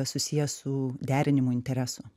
susiję su derinimų interesu